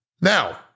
now